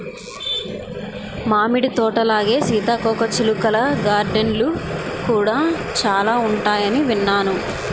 మామిడి తోటలాగే సీతాకోకచిలుకల గార్డెన్లు కూడా చాలా ఉంటాయని విన్నాను